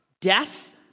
death